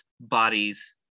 bodies